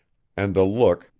and a look,